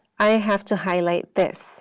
i have to highlight this